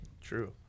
true